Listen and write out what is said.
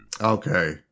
Okay